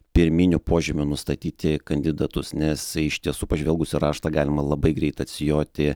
pirminių požymių nustatyti kandidatus nes iš tiesų pažvelgus į raštą galima labai greit atsijoti